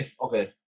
okay